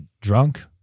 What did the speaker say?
drunk